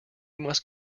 must